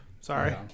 Sorry